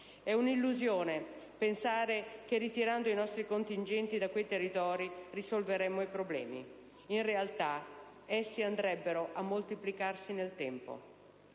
È un'illusione pensare che ritirando i nostri contingenti da quei territori risolveremmo i problemi. In realtà, essi andrebbero a moltiplicarsi nel tempo.